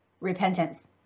repentance